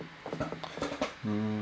um